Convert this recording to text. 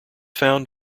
found